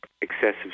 excessive